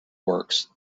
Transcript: works